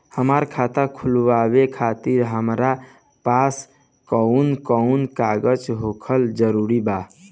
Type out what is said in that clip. हमार खाता खोलवावे खातिर हमरा पास कऊन कऊन कागज होखल जरूरी बा?